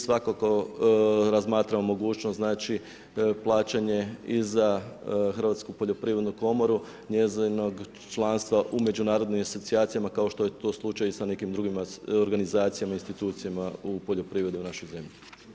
Svakako razmatramo mogućnost plaćanje i za Hrvatsku poljoprivrednu komoru, njezinog članstva u međunarodnim asocijacijama kao što je to slučaj i sa nekim drugim organizacijama, institucijama u poljoprivredi u našoj zemlji.